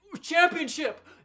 Championship